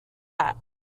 bats